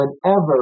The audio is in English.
Whenever